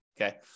Okay